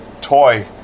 toy